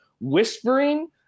whispering